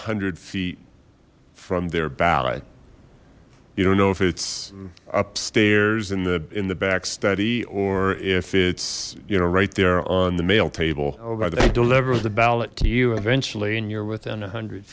hundred feet from their ballot you don't know if it's upstairs in the in the back study or if it's you know right there on the mail table they deliver the ballot to you eventually and you're within a hundred